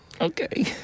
Okay